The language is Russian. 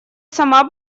сама